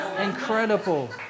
incredible